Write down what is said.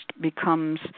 becomes